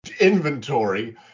inventory